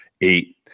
eight